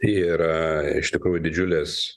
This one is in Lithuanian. ir iš tikrųjų didžiulis